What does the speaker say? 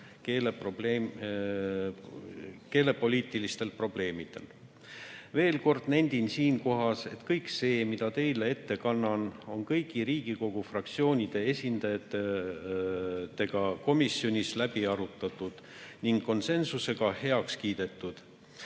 keelepoliitilistel probleemidel. Veel kord nendin siinkohas, et kõik see, mida teile ette kannan, on kõigi Riigikogu fraktsioonide esindajatega komisjonis läbi arutatud ning konsensusega heaks kiidetud.